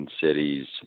cities